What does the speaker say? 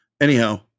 Anyhow